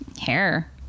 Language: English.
hair